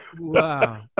wow